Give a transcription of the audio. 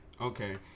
Okay